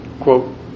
quote